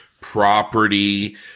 property